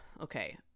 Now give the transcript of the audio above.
okay